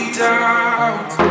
doubt